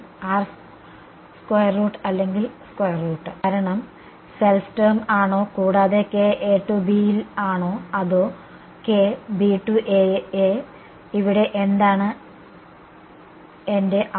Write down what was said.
അല്ലെങ്കിൽ കാരണം self term ആണോ കൂടാതെ ൽ ആണോ അതോ ഇവിടെ എന്റെ R എന്താണ്